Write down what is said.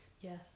Yes